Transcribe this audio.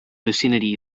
vicinity